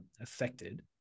affected